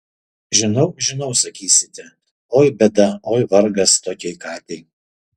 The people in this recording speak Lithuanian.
žinau žinau sakysite oi bėda oi vargas tokiai katei